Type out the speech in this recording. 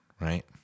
right